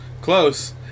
close